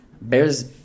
bears